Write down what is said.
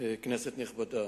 כנסת נכבדה,